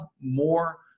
more